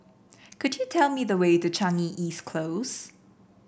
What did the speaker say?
could you tell me the way to Changi East Close